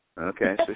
Okay